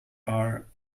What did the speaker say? are